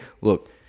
Look